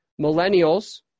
Millennials